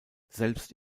selbst